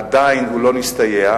עדיין הוא לא נסתייע,